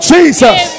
Jesus